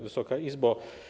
Wysoka Izbo!